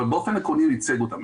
אבל באופן עקרוני הוא ייצג אותם.